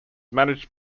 managed